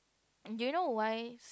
do you know why